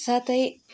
साथै